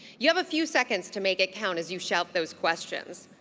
you have a few seconds to make it count as you shout those questions.